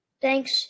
thanks